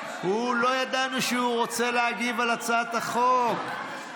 לא ידענו שהוא רוצה להגיב על הצעת החוק.